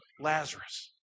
Lazarus